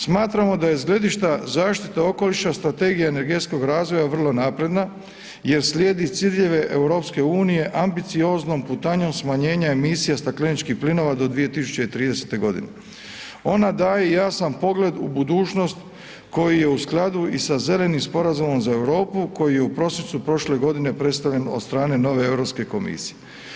Smatramo da je s gledišta zaštite okoliša strategija energetskog razvoja vrlo napredna jer slijedi ciljeve EU ambicioznom putanjom smanjenja emisija stakleničkih plinova do 2030.g. Ona daje jasan pogled u budućnost koji je u skladu i sa Zelenim sporazumom za Europu koji je u prosincu prošle godine predstavljen od strane nove Europske komisije.